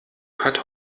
hat